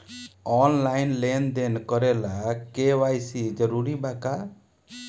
Online लेन देन करे ला के.वाइ.सी जरूरी बा का?